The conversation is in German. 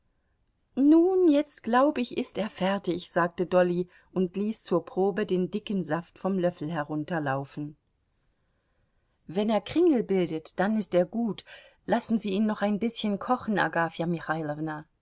nun jetzt glaub ich ist er fertig sagte dolly und ließ zur probe den dicken saft vom löffel herunterlaufen wenn er kringel bildet dann ist er gut lassen sie ihn noch ein bißchen kochen agafja